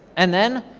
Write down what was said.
and then,